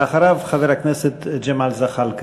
ואחריו, חבר הכנסת ג'מאל זחאלקה.